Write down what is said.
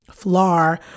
Flar